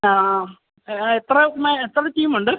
ആണോ അത് എത്രണ്ണമാണ് എത്ര ടീമുണ്ട്